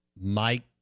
Mike